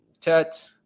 Tet